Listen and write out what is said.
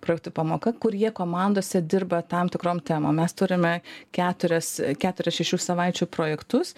projektų pamoka kur jie komandose dirba tam tikrom temom mes turime keturias keturis šešių savaičių projektus